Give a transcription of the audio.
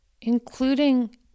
including